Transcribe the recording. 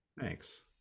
Thanks